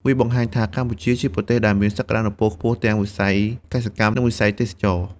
វាបង្ហាញថា កម្ពុជាជាប្រទេសដែលមានសក្តានុពលខ្ពស់ទាំងវិស័យកសិកម្ម និងវិស័យទេសចរណ៍។